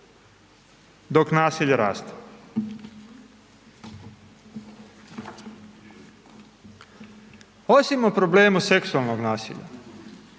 dok nasilje raste. Osim o problemu seksualnog nasilja,